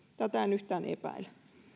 tätä en yhtään epäile